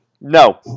No